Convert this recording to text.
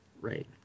Right